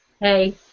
hey